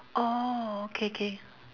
orh okay K